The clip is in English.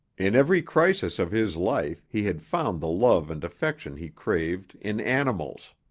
in every crisis of his life he had found the love and affection he craved in animals.